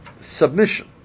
submission